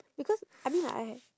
because I mean like I ha~